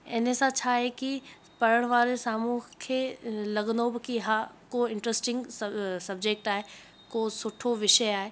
हिन सां छा आहे की पढ़ण वारे साम्हूं खे लॻंदो बि कि हा को इंटरस्टिंग सभु सब्जेक्ट आहे को सुठो विषय आहे